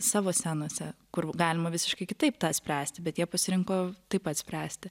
savo scenose kur galima visiškai kitaip tą spręsti bet jie pasirinko taip pat spręsti